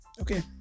Okay